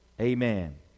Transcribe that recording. amen